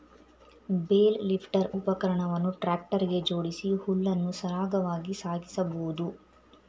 bale lifter ಉಪಕರಣವನ್ನು tractor ಗೆ ಜೋಡಿಸಿ ಹುಲ್ಲನ್ನು ಸರಾಗವಾಗಿ ಸಾಗಿಸಬೋದು